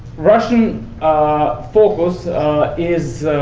russian ah focus is